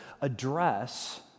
address